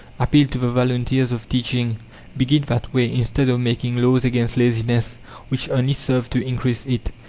appeal to the volunteers of teaching begin that way, instead of making laws against laziness which only serve to increase it.